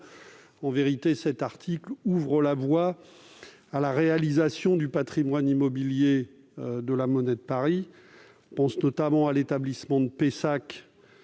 », cet article ouvre la voie à la réalisation financière du patrimoine immobilier de la Monnaie de Paris. Je pense notamment à l'établissement de Pessac,